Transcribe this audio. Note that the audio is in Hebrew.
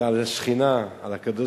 זה על השכינה, על הקדוש-ברוך-הוא.